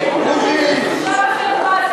הציבור.